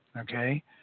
Okay